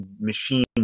machine